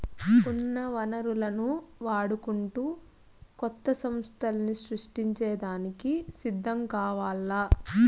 ఉన్న వనరులను వాడుకుంటూ కొత్త సమస్థల్ని సృష్టించే దానికి సిద్ధం కావాల్ల